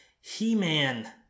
He-Man